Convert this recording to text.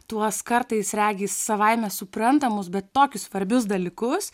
tuos kartais regis savaime suprantamus bet tokius svarbius dalykus